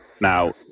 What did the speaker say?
now